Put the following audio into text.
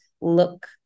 look